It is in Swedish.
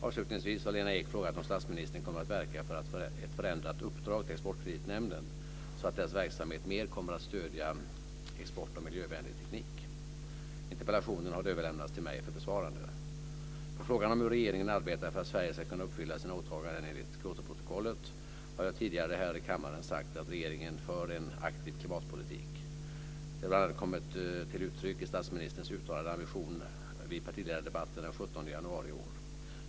Avslutningsvis har Lena Ek frågat om statsministern kommer att verka för ett förändrat uppdrag till Exportkreditnämnden så att dess verksamhet mer kommer att stödja export av miljövänlig teknik. Interpellationen har överlämnats till mig för besvarande. På frågan om hur regeringen arbetar för att Sverige ska kunna uppfylla sina åtaganden enligt Kyotoprotokollet har jag tidigare här i kammaren sagt att regeringen för en aktiv klimatpolitik. Det har bl.a. kommit till uttryck i statsministerns uttalade ambitioner vid partiledardebatten den 17 januari i år.